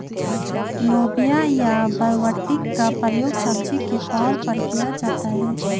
लोबिया या बरबटी का प्रयोग सब्जी के तौर पर किया जाता है